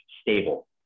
stable